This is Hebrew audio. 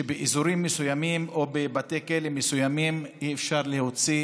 שבאזורים מסוימים או בבתי כלא מסוימים אי-אפשר להוציא